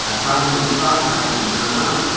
अस्माकं विश्वासः किं नाम